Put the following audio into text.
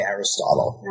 Aristotle